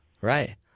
Right